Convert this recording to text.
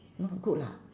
no good lah